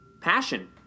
Passion